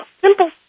simple